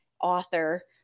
author